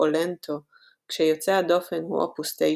,Andante או Lento כשיוצא הדופן הוא אופוס 9,